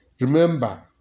Remember